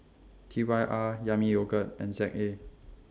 T Y R Yami Yogurt and Z A